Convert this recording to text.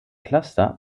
cluster